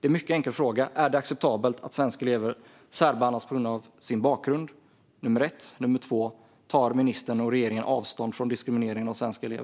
Det är två mycket enkla frågor: Är det acceptabelt att svenska elever särbehandlas på grund av sin bakgrund? Tar ministern och regeringen avstånd från diskrimineringen av svenska elever?